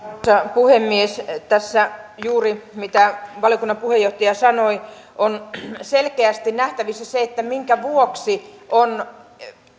puhemies tässä juuri mitä valiokunnan puheenjohtaja sanoi on selkeästi nähtävissä se minkä vuoksi on